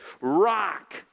rock